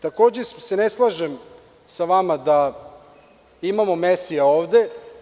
Takođe se ne slažem sa vama da imamo Mesija ovde.